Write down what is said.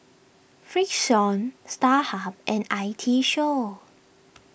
Frixion Starhub and I T Show